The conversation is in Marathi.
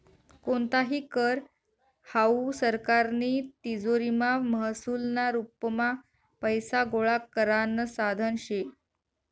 कोणताही कर हावू सरकारनी तिजोरीमा महसूलना रुपमा पैसा गोळा करानं साधन शे